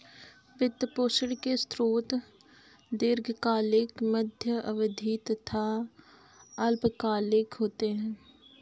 वित्त पोषण के स्रोत दीर्घकालिक, मध्य अवधी तथा अल्पकालिक होते हैं